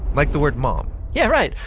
like the word mom. yeah, right!